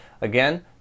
again